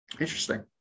Interesting